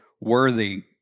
worthy